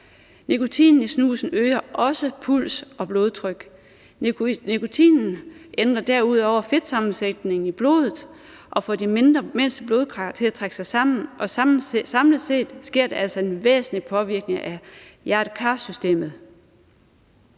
Nikotinen i snusen øger også puls og blodtryk. Nikotinen ændrer derudover fedtsammensætningen i blodet og får de mindste blodkar til at trække sig sammen. Og samlet set sker der altså en væsentlig påvirkning af hjerte-kar-systemet.